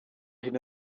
hyn